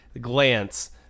glance